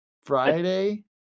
Friday